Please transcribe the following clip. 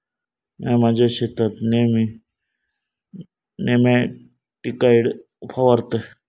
म्या माझ्या शेतात नेयमी नेमॅटिकाइड फवारतय